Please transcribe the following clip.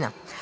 г.